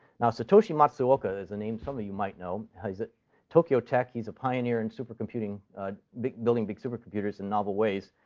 now, satoshi matsuoka is a name some of you might know. he's at tokyo tech. he's a pioneer in supercomputing ah building big supercomputers in novel ways.